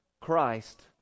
Christ